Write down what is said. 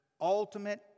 ultimate